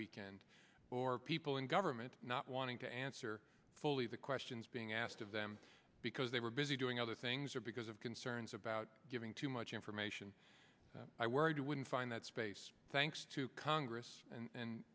weekend or people in government not wanting to answer fully the questions being asked of them because they were busy doing other things or because of concerns about giving too much information i worried you wouldn't find that space thanks to congress and